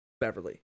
Beverly